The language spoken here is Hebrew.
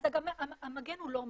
אז המגן לא מת.